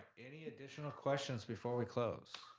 any additional questions before we close?